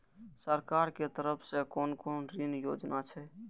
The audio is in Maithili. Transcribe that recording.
सरकार के तरफ से कोन कोन ऋण योजना छै?